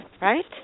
right